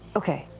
okay.